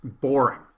boring